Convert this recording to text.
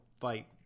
fight